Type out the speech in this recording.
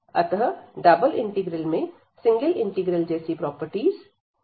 अतः double integral में single integral जैसी ही प्रॉपर्टीज हैं